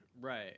Right